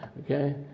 Okay